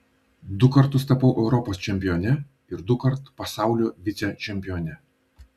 du kartus tapau europos čempione ir dukart pasaulio vicečempione